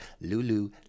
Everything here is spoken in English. Lulu